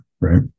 right